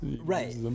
right